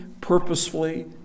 purposefully